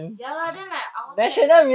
ya lah then like I was like